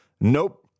nope